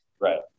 right